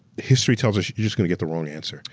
history tells us you're just gonna get the wrong answer,